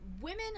Women